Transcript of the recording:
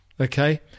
okay